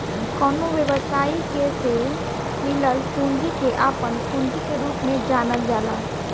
कवनो व्यवसायी के से मिलल पूंजी के आपन पूंजी के रूप में जानल जाला